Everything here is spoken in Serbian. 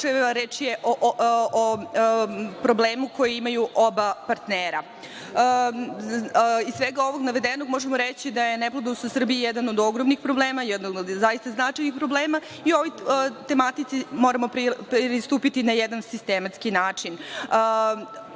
reč je o problemu koji imaju oba partnera. Iz svega ovog navedenog možemo reći da je neplodnost u Srbiji jedan od ogromnih problema, jednog od zaista značajnih problema i o ovoj tematici moramo pristupiti na jedan sistematski način. Ovi